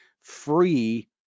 free